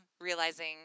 realizing